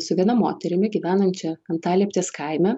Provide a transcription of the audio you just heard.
su viena moterimi gyvenančia antalieptės kaime